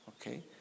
Okay